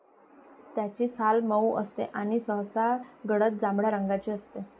त्याची साल मऊ असते आणि सहसा गडद जांभळ्या रंगाची असते